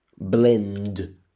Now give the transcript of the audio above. Blend